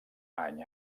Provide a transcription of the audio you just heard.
any